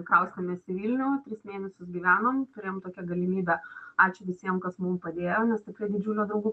kraustėmės į vilnių tris mėnesius gyvenom turėjom tokią galimybę ačiū visiem kas mum padėjo nes tikrai didžiulė draugų